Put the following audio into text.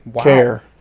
care